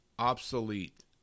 obsolete